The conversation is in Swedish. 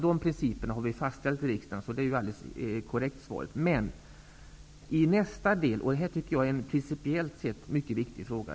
De principerna har vi fastställt i riksdagen, så det är helt korrekt. Men sedan kommer det en principiellt mycket viktig fråga.